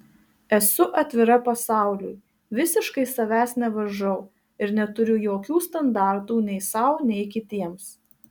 esu atvira pasauliui visiškai savęs nevaržau ir neturiu jokių standartų nei sau nei kitiems